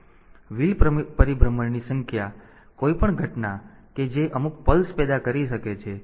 તેથી વ્હીલ પરિભ્રમણની સંખ્યા કોઈપણ ઘટના કે જે અમુક પલ્સ પેદા કરી શકે છે